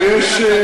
ויש,